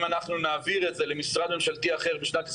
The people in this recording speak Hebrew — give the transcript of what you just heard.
אם אנחנו נעביר את זה למשרד ממשלתי אחר בשנת 2023,